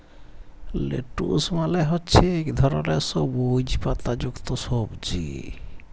lettuce মালে হছে ইক ধরলের সবুইজ পাতা যুক্ত সবজি